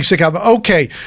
Okay